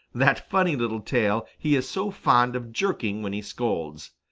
that funny little tail he is so fond of jerking when he scolds.